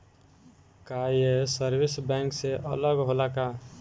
का ये service bank से अलग होला का?